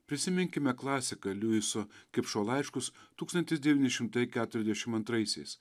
prisiminkime klasiką liujiso kipšo laiškus tūkstantis devyni šimtai keturiasdešim antraisiais